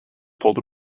pulled